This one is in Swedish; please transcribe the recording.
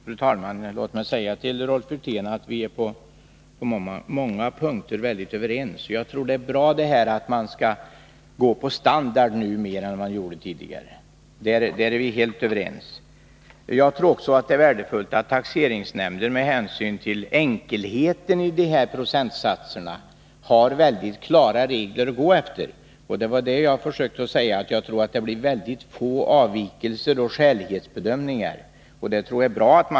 Fru talman! Låt mig säga till Rolf Wirtén att vi på många punkter är överens. Jag tror att det är bra att man nu går efter standard mer än man gjorde tidigare. Där är vi helt överens. Jag tror också att det är värdefullt att taxeringsnämnder med hänsyn till enkelheten i dessa procentsatser har mycket klara regler att gå efter. Det var det jag försökte säga. Jag tror att det blir väldigt få avvikelser och skälighetsbedömningar, och det tror jag är bra.